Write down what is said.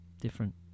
different